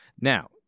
Now